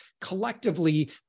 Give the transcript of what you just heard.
collectively